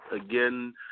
Again